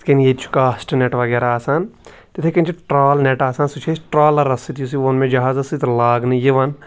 یِتھ کنۍ ییٚتہِ چھُ کاسٹ نیٚٹ وَغیرہ آسان تِتھے کنۍ چھُ ٹرال نیٚٹ آسان سُہ چھُ أسۍ ٹرولَرَس سۭتۍ یُس یہِ وون مےٚ جَہازَس سۭتۍ لاگنہٕ یِوان